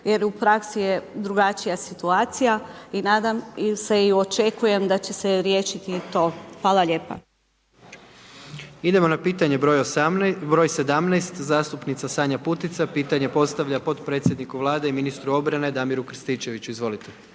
jer u praksi je drugačija situacija. I nadam se i očekujem da će se riješiti to. Hvala lijepo. **Jandroković, Gordan (HDZ)** Idemo na pitanje broj 17. zastupnica Sanja Putica, pitanje postavlja potpredsjedniku Vlade, ministru obrane, Damiru Krstičeviću, izvolite.